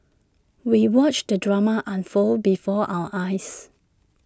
we watched the drama unfold before our eyes